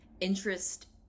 interest